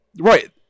right